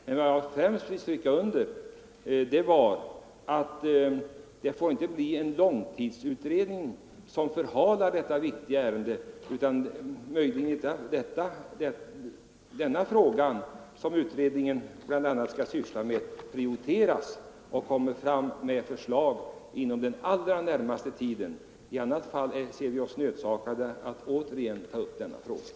Men vad jag främst ville stryka under var att det inte får bli en långtidsutredning som förhalar detta viktiga ärende. Den här frågan, som utredningen bl.a. skall syssla med, måste prioriteras, och utredningen måste lägga fram förslag inom den allra närmaste tiden. I annat fall ser vi oss nödsakade att återigen ta upp frågan.